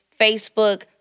Facebook